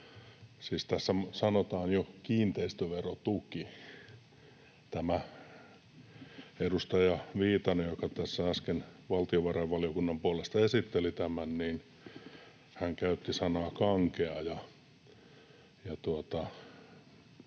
tässä sanotaan jo ”kiinteistöverotuki”. Edustaja Viitanen, joka tässä äsken valtiovarainvaliokunnan puolesta esitteli tämän, käytti sanaa ”kankea”,